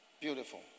Beautiful